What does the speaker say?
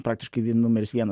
praktiškai numeris vienas